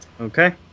Okay